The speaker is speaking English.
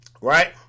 Right